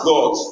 God